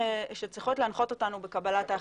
שצריכות להנחות אותנו בקבלת ההחלטה.